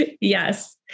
Yes